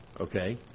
Okay